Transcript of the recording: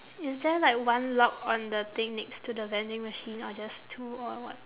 is there like one lock on the thing next to the vending machine or just two or what